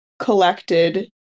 collected